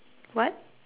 what